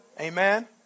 Amen